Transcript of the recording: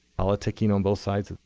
politicking on both sides.